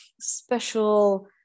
special